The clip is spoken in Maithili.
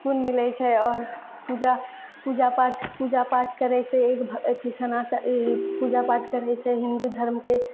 सुकून मिलैत छै आओर पूजा पूजा पाठ पूजा पाठ करए से एक अथि सनातन ई पूजा पाठ करए से हिन्दू धर्मकेँ